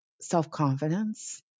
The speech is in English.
self-confidence